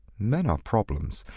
men are problems.